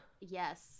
Yes